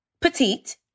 petite